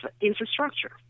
infrastructure